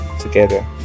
together